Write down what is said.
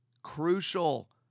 crucial